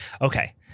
Okay